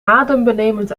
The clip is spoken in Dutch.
adembenemend